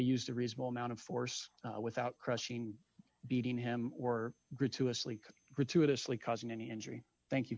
used a reasonable amount of force without crushing beating him or gratuitously gratuitously causing any injury thank you